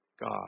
God